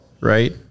Right